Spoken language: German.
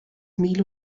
mehl